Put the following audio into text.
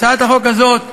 הצעת החוק הזאת,